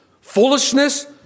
foolishness